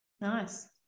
Nice